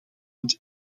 het